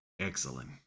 excellent